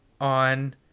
On